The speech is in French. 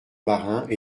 marins